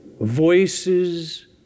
Voices